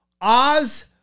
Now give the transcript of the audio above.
Oz